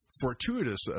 fortuitous